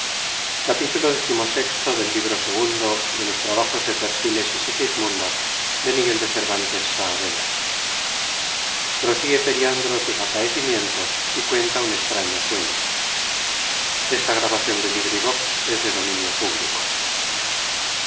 prosigue periandro sus acaecimientos y cuenta un extraño sueño